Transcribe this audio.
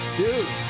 dude